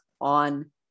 on